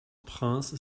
prince